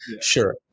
sure